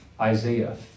Isaiah